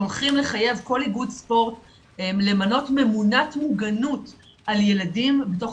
הולכים לחייב כל איגוד ספורט למנות ממונת מוגנות על ילדים בדוח